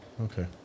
Okay